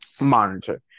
monitor